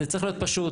זה צריך להיות פשוט.